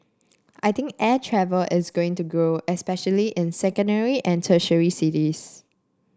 I think air travel is going to grow especially in secondary and tertiary cities